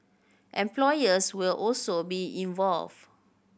employers will also be involved